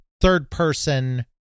third-person